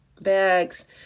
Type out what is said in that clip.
bags